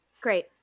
Great